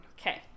Okay